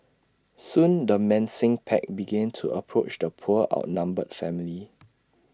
soon the mincing pack began to approach the poor outnumbered family